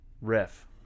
Riff